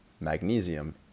magnesium